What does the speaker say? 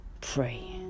pray